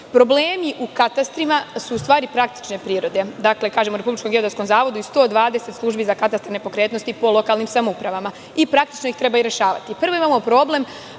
govorimo? Problemi u katastrima su u stvari praktične prirode. Dakle, kažem u Republičkom geodetskom zavodu i 120 službi za katastar nepokretnosti po lokalnim samoupravama i praktično ih treba i rešavati. Prvo je problem